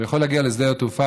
הוא יכול להגיע לשדה התעופה,